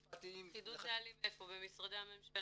חידוד נהלים איפה, במשרדי הממשלה?